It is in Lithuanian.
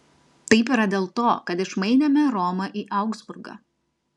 taip yra dėl to kad išmainėme romą į augsburgą